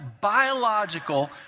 biological